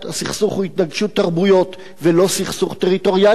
הסכסוך הוא התנגשות תרבויות ולא סכסוך טריטוריאלי,